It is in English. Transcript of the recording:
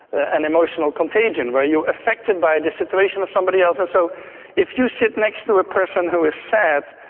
and emotional contagion where you are affected by ah the situation of somebody else. and so if you sit next to a person who is sad,